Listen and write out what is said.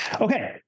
Okay